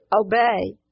obey